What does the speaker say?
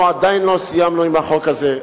אנחנו עדיין לא סיימנו את הכנת החוק הזה,